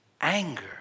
Anger